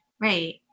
Right